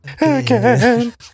again